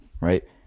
right